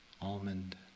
almond